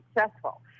successful